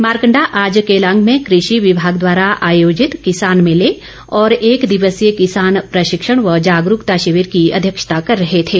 मारकंडा आज केलांग में कृषि विमाग द्वारा आयोजित किसान मेले और एक दिवसीय किसान प्रशिक्षण व जागरूकता शिविर की अध्यक्षता कर रहे थे